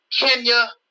Kenya